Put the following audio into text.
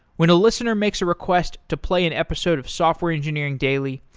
when a listener makes a request to play an episode of software engineering daily,